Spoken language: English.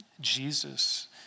Jesus